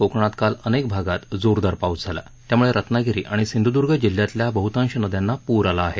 कोकणात काल अनेक भागात जोरदार पाऊस झाला त्यामुळे रत्नागिरी आणि सिंधुदुर्ग जिल्ह्यातल्या बहुतांशी नद्यांना पूर आला आहे